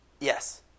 Yes